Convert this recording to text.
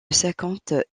cinquante